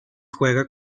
juega